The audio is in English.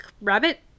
rabbit